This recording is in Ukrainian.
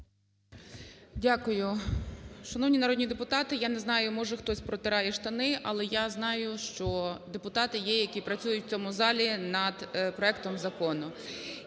Дякую. Шановні народні депутати, я не знаю, може хтось протирає штани, але я знаю, що депутати є, які працюють у цьому залі над проектом закону.